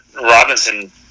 Robinson